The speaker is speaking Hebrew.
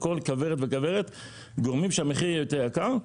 לכל כוורת וכוורת, גורמים שהמחיר יהיה יותר יקר.